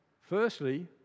Firstly